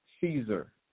Caesar